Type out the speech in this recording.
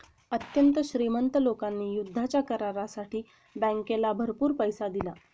अत्यंत श्रीमंत लोकांनी युद्धाच्या करारासाठी बँकेला भरपूर पैसा दिला